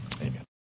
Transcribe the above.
Amen